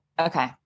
Okay